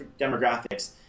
demographics